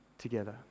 together